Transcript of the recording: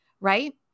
right